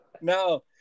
No